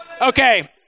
Okay